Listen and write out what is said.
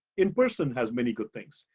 in-person has many good things.